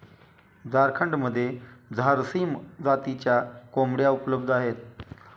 झारखंडमध्ये झारसीम जातीच्या कोंबड्या उपलब्ध आहेत